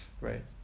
right